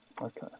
Okay